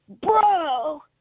Bro